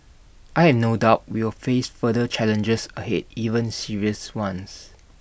I have no doubt we will face further challenges ahead even serious ones